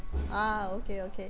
ah okay okay